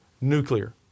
nuclear